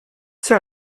sehr